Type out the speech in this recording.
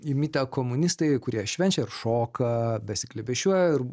įmitę komunistai kurie švenčia ir šoka besiglėbesčiuoja ir